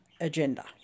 agenda